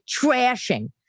trashing